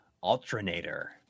Alternator